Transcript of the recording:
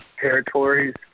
territories